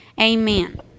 amen